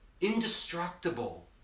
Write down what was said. indestructible